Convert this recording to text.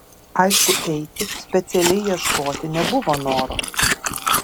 aišku eiti specialiai ieškoti nebuvo noro